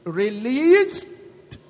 released